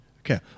Okay